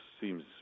seems